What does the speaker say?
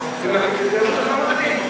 צריך לעמוד לדין,